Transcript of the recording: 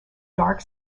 dark